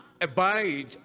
abide